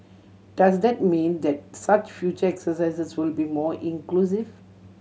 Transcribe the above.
does that mean that such future exercises will be more inclusive